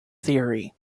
theory